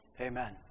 amen